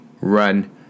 run